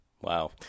Wow